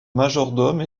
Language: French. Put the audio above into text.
majordome